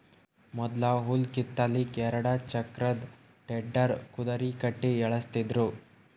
ಮೊದ್ಲ ಹುಲ್ಲ್ ಕಿತ್ತಲಕ್ಕ್ ಎರಡ ಚಕ್ರದ್ ಟೆಡ್ಡರ್ ಕುದರಿ ಕಟ್ಟಿ ಎಳಸ್ತಿದ್ರು